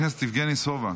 חבר הכנסת יבגני סובה,